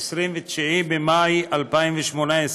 29 במאי 2018,